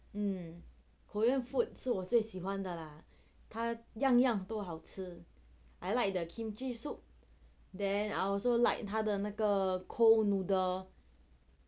mm korean food 是我我最喜欢的啦他样样都好吃 I like the kimchi soup then I also like 他的那个 cold noodle